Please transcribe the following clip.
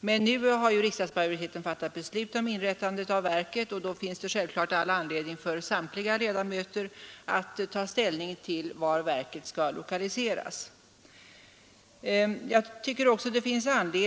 Men nu har riksdagsmajoriteten fattat beslut om inrättandet av verket, och då finns det självfallet all anledning för samtliga ledamöter att ta ställning till vart verket skall lokaliseras.